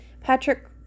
Patrick